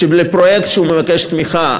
שלפרויקט שהוא מבקש תמיכה,